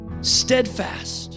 Steadfast